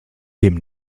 dem